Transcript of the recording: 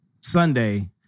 Sunday